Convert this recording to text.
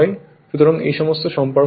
সুতরাং এই সমস্ত সম্পর্ক ব্যবহার করুন